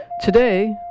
Today